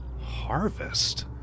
Harvest